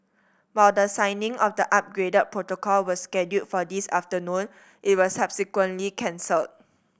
while the signing of the upgraded protocol was scheduled for this afternoon it was subsequently cancel